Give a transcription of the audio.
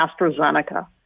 AstraZeneca